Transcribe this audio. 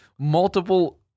Multiple